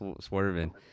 swerving